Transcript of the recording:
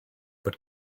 but